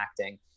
acting